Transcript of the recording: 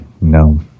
No